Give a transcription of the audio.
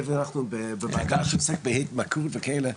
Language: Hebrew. היות ואנחנו בוועדה שעוסקת בהתמכרות וכאלה,